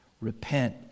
Repent